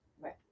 Right